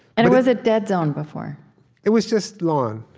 and it was a dead zone, before it was just lawn.